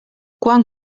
quan